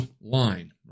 line